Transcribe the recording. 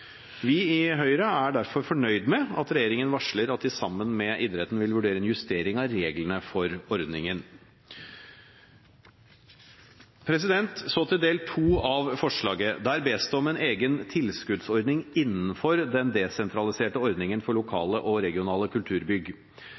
Vi i Høyre er derfor fornøyd med at regjeringen varsler at de sammen med idretten vil vurdere en justering av reglene for ordningen. Så til del to av forslaget. Der bes det om en egen tilskuddsordning innenfor den desentraliserte ordningen for lokale og regionale kulturbygg.